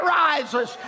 rises